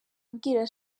abwira